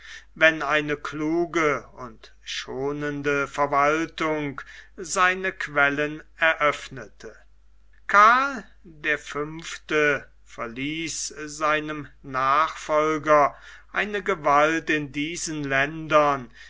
wenn eine kluge und schonende verwaltung seine quellen eröffnete karl der fünfte verließ seinem nachfolger eine gewalt in diesen ländern